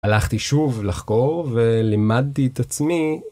הלכתי שוב לחקור ולימדתי את עצמי.